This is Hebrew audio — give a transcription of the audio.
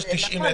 יש 90 מטר.